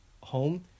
home